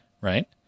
right